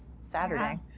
Saturday